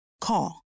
Call